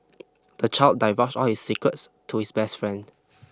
the child divulged all his secrets to his best friend